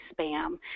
spam